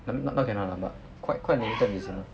I mean not not cannot lah but quite quite limited design lah